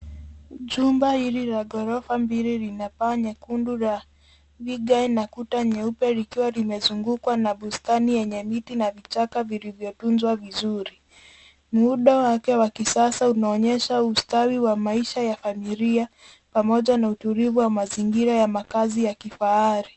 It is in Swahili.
Jumba hili la ghorofa mbili lina paa nyekundu la vigae na kuta nyeupe likiwa limezungukwa na bustani yenye miti na vichaka vilivyotunzwa vizuri. Muundo wake wa kisasa unaonyesha ustawi wa maisha ya familia pamoja na utulivu wa mazingira ya makazi ya kifahari.